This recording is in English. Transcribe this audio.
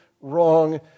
wrong